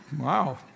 Wow